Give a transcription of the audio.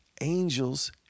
angels